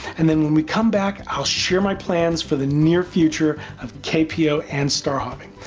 and then when we come back i'll share my plans for the near future of kpo and star hopping.